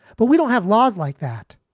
but we don't have laws like that.